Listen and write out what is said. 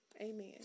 Amen